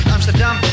Amsterdam